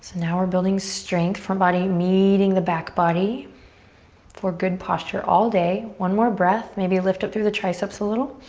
now we're building strength. front body meeting the back body for good posture all day. one more breath. maybe lift up through the triceps a little.